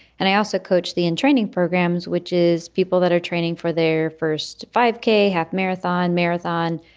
and i also coach the in training programs, which is people that are training for their first five k half marathon marathon.